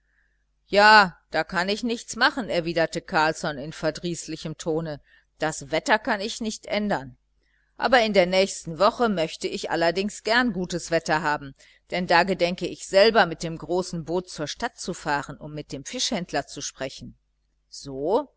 ja da kann ich nichts machen erwiderte carlsson in verdrießlichem tone das wetter kann ich nicht ändern aber in der nächsten woche möchte ich allerdings gern gutes wetter haben denn da gedenke ich selber mit dem großen boot zur stadt zu fahren um mit dem fischhändler zu sprechen so